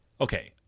Okay